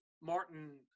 Martin